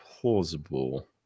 plausible